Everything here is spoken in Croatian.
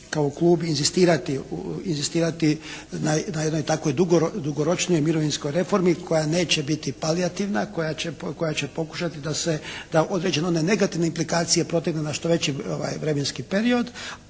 kao Klub inzistirati na jednoj takvoj dugoročnijoj mirovinskoj reformi koja neće biti palijativna. Koja će pokušati da se, da određene one negativne implikacije protegne na što veći vremenski period